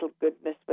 goodness